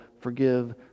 forgive